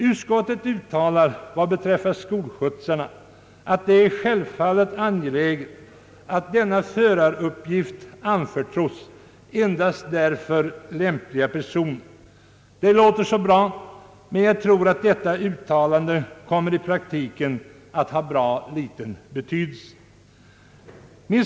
Utskottet uttalar på denna punkt: »Vad beträffar skolskjutsarna är det självfallet angeläget att denna föraruppgift anförtros endast därför lämpliga personer.» Detta låter bra, men jag tror att detta uttalande i praktiken kommer att ha ganska liten betydelse.